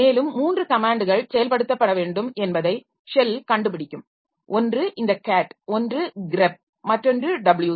மேலும் 3 கமேன்ட்கள் செயல்படுத்தப்பட வேண்டும் என்பதை ஷெல் கண்டுபிடிக்கும் ஒன்று இந்த cat ஒன்று grep மற்றொன்று wc